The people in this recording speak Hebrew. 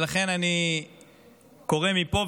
לכן אני קורא מפה,